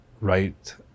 right